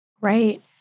Right